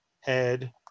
head